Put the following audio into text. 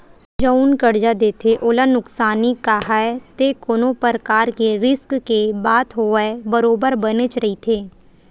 जउन करजा देथे ओला नुकसानी काहय ते कोनो परकार के रिस्क के बात होवय बरोबर बनेच रहिथे